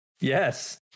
Yes